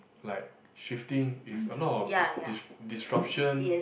like shifting is a lot of dis~ dis~ disruption